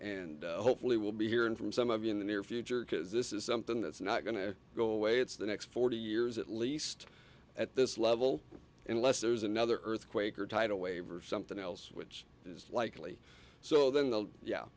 and hopefully we'll be hearing from some of you in the near future because this is something that's not going to go away it's the next forty years at least at this level unless there's another earthquake or tidal wave or something else which is likely so than the yeah